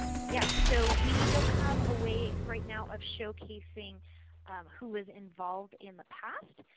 yes, so we don't have a way right now of showcasing who was involved in the past,